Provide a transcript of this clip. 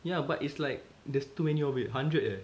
yeah but it's like there's too many of it hundred eh